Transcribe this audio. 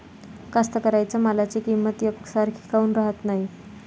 कास्तकाराइच्या मालाची किंमत यकसारखी काऊन राहत नाई?